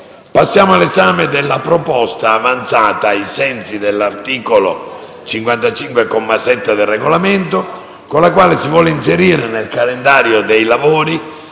Passiamo all'esame della proposta, avanzata ai sensi dell'articolo 55, comma 7 del Regolamento, con la quale si chiede di inserire nel calendario dei lavori